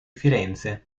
firenze